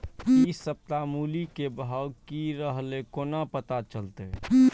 इ सप्ताह मूली के भाव की रहले कोना पता चलते?